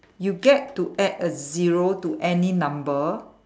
you get to add a zero to any number